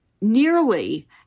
nearly